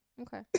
Okay